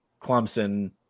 Clemson